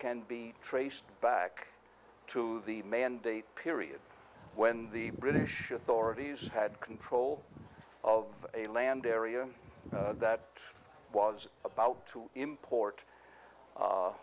can be traced back to the mandate period when the british authorities had control of a land area that was about to import